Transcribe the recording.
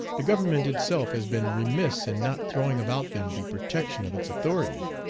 the government itself has been remiss in not throwing about them the protection of its authority.